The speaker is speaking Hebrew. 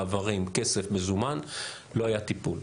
מעברים, כסף מזומן, לא היה טיפול.